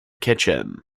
kitchen